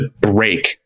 break